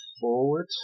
forward